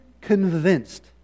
convinced